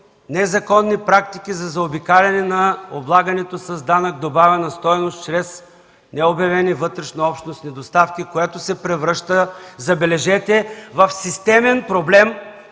незаконни практики за заобикаляне на облагането с данък добавена стойност чрез необявени вътрешнообщностни доставки, което се превръща, забележете, в системен проблем